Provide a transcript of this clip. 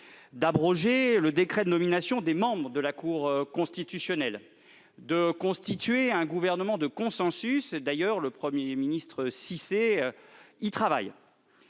l'abrogation du décret de nomination des membres de la Cour constitutionnelle et la constitution d'un gouvernement de consensus. Le Premier ministre Cissé y travaille.